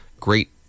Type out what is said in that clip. great